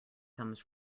comes